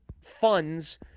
funds